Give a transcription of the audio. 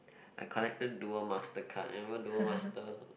I collected duel master card remember duel master